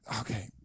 Okay